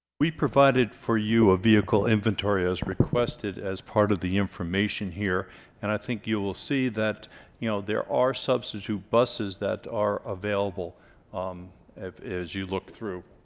we provided for you of vehicle inventory as requested as part of the information here and i think you will see that you know there are substitute buses that are available um as you look through